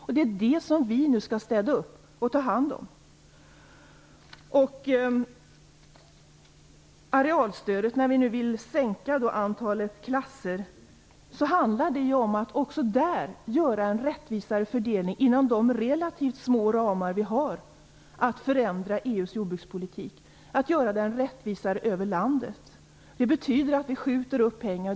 Vi skall nu städa upp efter er och ta hand om detta. Vi vill minska antalet klasser när det gäller arealstödet. Det handlar också i detta fall om att göra en rättvisare fördelning över landet inom de relativt små ramar som vi har att förändra EU:s jordbrukspolitik. Det betyder att vi skjuter upp pengar.